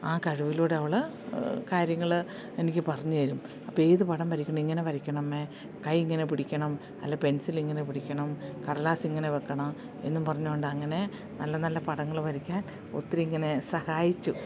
ആ കഴിവിലൂടെ അവൾ കാര്യങ്ങൾ എനിക്ക് പറഞ്ഞു തരും അപ്പം ഏത് പടം വരയ്ക്കണം ഇങ്ങനെ വയ്ക്കണം അമ്മേ കൈ ഇങ്ങനെ പിടിക്കണം അല്ല പെൻസിൽ ഇങ്ങനെ പിടിക്കണം കടലാസ് ഇങ്ങനെ വയ്ക്കണം എന്നും പറഞ്ഞു കൊണ്ട് അങ്ങനെ നല്ല നല്ല പടങ്ങൾ വരയ്ക്കാൻ ഒത്തിരി ഇങ്ങനെ സഹായിച്ചു